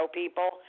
people